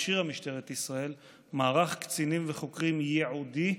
הכשירה משטרת ישראל מערך קצינים וחוקרים ייעודי,